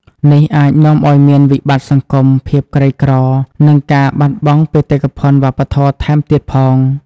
នេះអាចនាំឱ្យមានវិបត្តិសង្គម ភាពក្រីក្រ និងការបាត់បង់បេតិកភណ្ឌវប្បធម៌ថែមទៀតផង។